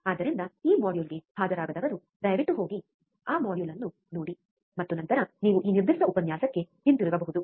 ಆದ್ದರಿಂದ ಆ ಮಾಡ್ಯೂಲ್ಗೆ ಹಾಜರಾಗದವರು ದಯವಿಟ್ಟು ಹೋಗಿ ಆ ಮಾಡ್ಯೂಲ್ ಅನ್ನು ನೋಡಿ ಮತ್ತು ನಂತರ ನೀವು ಈ ನಿರ್ದಿಷ್ಟ ಉಪನ್ಯಾಸಕ್ಕೆ ಹಿಂತಿರುಗಬಹುದು